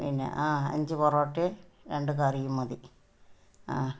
പിന്നെ ആ അഞ്ച് പൊറോട്ടയും രണ്ട് കറിയും മതി ആ